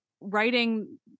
writing